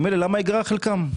למה יגרע חלקם?